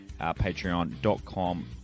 Patreon.com